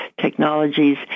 technologies